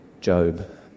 Job